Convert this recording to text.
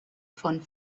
von